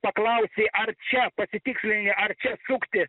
paklausi ar čia pasitikslini ar čia sukti